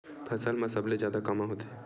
फसल मा सबले जादा कामा होथे?